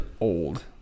old